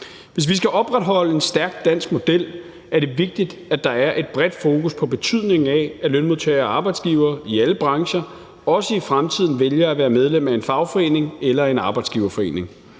Hvis vi skal opretholde en stærk dansk model, er det vigtigt, at der er et bredt fokus på betydningen af, at lønmodtagere og arbejdsgivere i alle brancher også i fremtiden vælger at være medlem af en fagforening eller en arbejdsgiverforening.